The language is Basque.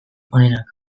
onenak